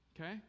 okay